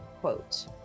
quote